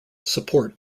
support